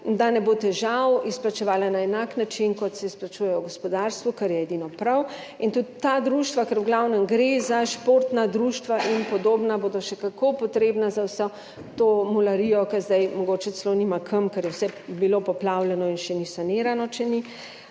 da ne bo težav, izplačevala na enak način, kot se izplačujejo v gospodarstvu, kar je edino prav. In tudi ta društva, ker v glavnem gre za športna društva in podobna, bodo še kako potrebna za vso to mularijo, ki zdaj mogoče celo nima kam, ker je vse bilo poplavljeno in še ni sanirano, če ni.